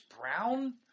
brown